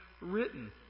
written